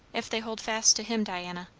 if they hold fast to him, diana.